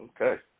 Okay